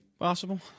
Possible